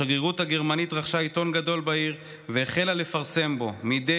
השגרירות הגרמנית רכשה עיתון גדול בעיר והחלה לפרסם בו מדי